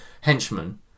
henchmen